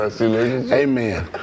Amen